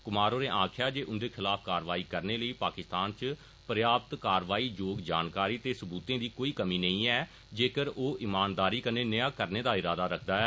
क्मार होरे आक्खेया जे उंदे खिलाफ कारवाई करने लेई पाकिस्तान इच पर्याप्त कारवाई योग जानकारी ते सबूतें दी कोई कमी नेईं ऐ जेकर ओह ईमानदारी नै नेया करने दा इरादा रखदा ऐ